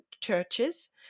churches